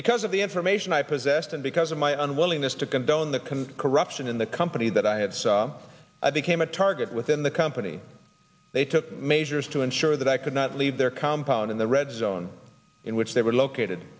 because of the information i possessed and because of my own willingness to condone the can corruption in the company that i had so i became a target within the company they took measures to ensure that i could not leave their compound in the red zone in which they were located